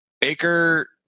Baker